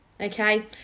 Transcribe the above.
Okay